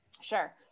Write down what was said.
sure